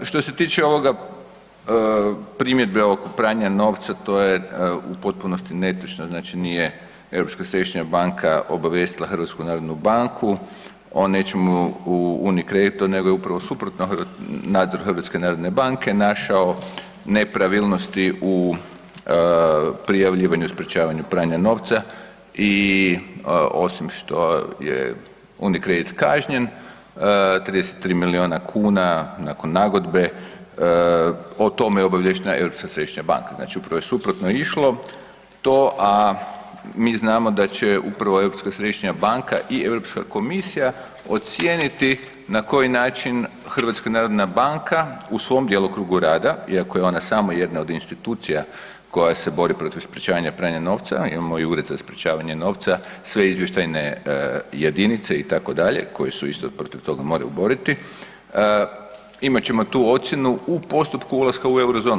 Što se tiče ove primjedbe oko pranja novca to je u potpunosti neetično, znači nije Europska središnja banka obavijestila Hrvatsku narodnu banku o nečemu u Unicreditu, nego je upravo suprotno nadzor Hrvatske narodne banke našao nepravilnosti u prijavljivanju i sprječavanju pranja novca i osim što je Unicredit kažnjen 33 milijuna kuna nakon nagodbe o tome je obaviještena Europska središnja banka, znači upravo je suprotno išlo to, a mi znamo da će upravo Europska središnja banka i Europska komisija ocijeniti na koji način HNB u svom djelokrugu rada iako je ona samo jedna od institucija koja se bori protiv sprječavanja prava novca, imamo i ured za sprječavanje novca, sve izvještajne jedinice itd. koje se isto protiv toga moraju boriti, imat ćemo tu ocjenu u postupku ulaska u eurozonu.